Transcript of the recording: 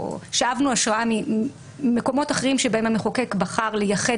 שאבנו השראה מקומות אחרים שבהם המחוקק בחר לייחד